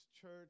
church